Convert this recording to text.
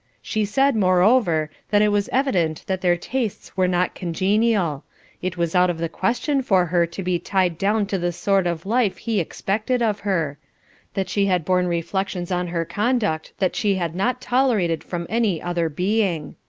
she said, moreover, that it was evident that their tastes were not congenial it was out of the question for her to be tied down to the sort of life he expected of her that she had borne reflections on her conduct that she had not tolerated from any other being!